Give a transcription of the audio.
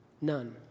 None